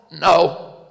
No